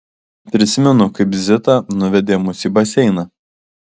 prisimenu kaip zita nuvedė mus į baseiną